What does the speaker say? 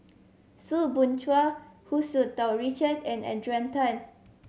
Soo Bin Chua Hu Tsu Tau Richard and Adrian Tan